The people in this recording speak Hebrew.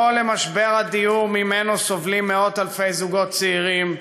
לא למשבר הדיור שממנו סובלים מאות-אלפי זוגות צעירים,